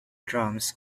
drums